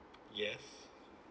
yes